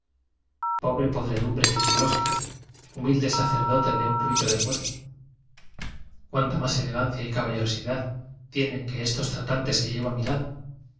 podre dumbre fisiológica humilde sacerdote de un rito de fuerza cuánta más elegancia y caballerosidad tienes que éstos tratantes que llevo a mi lado